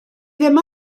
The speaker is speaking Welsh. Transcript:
ddim